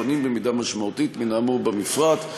שונים במידה משמעותית מן האמור במפרט.